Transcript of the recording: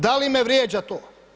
Da li me vrijeđa to?